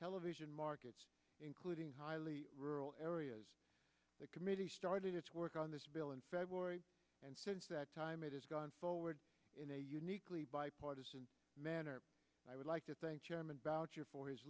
levision markets including highly areas the committee started its work on this bill in february and since that time it has gone forward in a uniquely bipartisan manner i would like to thank chairman boucher for his